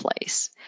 place